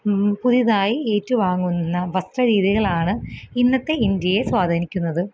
പുതിതായി ഏറ്റുവാങ്ങുന്ന വസ്ത്ര രീതികളാണ് ഇന്നത്തെ ഇന്ത്യയെ സ്വാധീനിക്കുന്നത്